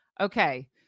Okay